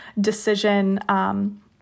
decision